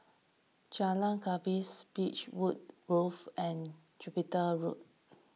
Jalan Gapis Beechwood Grove and Jupiter Road